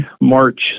March